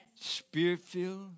spirit-filled